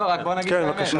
כן, בבקשה.